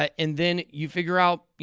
and then you figure out, you